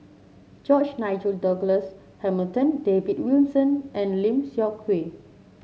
George Nigel Douglas Hamilton David Wilson and Lim Seok Hui